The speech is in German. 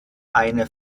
eine